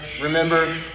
Remember